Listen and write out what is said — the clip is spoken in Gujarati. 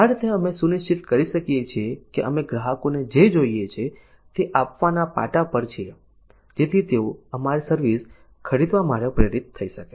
આ રીતે અમે સુનિશ્ચિત કરી શકીએ છીએ કે અમે ગ્રાહકોને જે જોઈએ છે તે આપવાના પાટા પર છીએ જેથી તેઓ અમારી સર્વિસ ખરીદવા માટે પ્રેરિત થઈ શકે